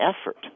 effort